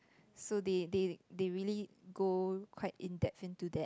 so the the the really go quite in depth into that